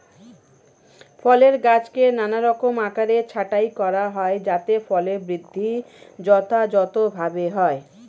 ফলের গাছকে নানারকম আকারে ছাঁটাই করা হয় যাতে ফলের বৃদ্ধি যথাযথভাবে হয়